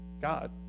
God